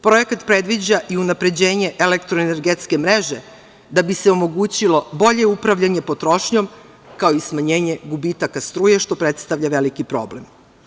Projekat predviđa i unapređenje elektroenergetske mreže da bi se omogućilo bolje upravljanje potrošnjom, kao i smanjenje gubitaka struje, što predstavlja veliki problem.